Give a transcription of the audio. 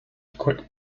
quick